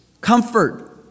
comfort